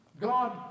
God